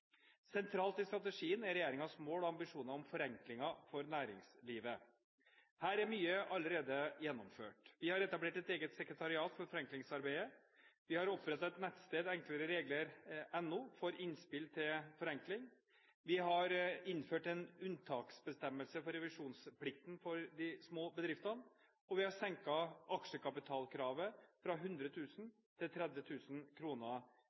Sentralt i strategien er regjeringens mål og ambisjoner om forenklinger for næringslivet. Her er mye allerede gjennomført. Vi har etablert et eget sekretariat for forenklingsarbeidet. Vi har opprettet et nettsted, enklereregler.no, for innspill til forenkling. Vi har innført en unntaksbestemmelse for revisjonsplikten for de små bedriftene. Vi har senket aksjekapitalkravet fra